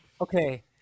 Okay